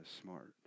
smart